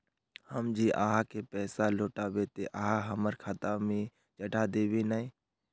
हम जे आहाँ के पैसा लौटैबे ते आहाँ हमरा खाता में चढ़ा देबे नय?